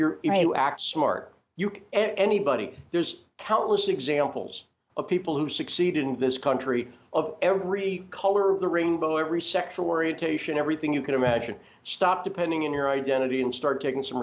actually mark you and anybody there's countless examples of people who succeed in this country of every color of the rainbow every sexual orientation everything you can imagine stop depending on your identity and start taking some